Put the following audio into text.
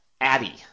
Addie